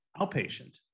outpatient